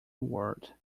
word